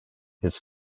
his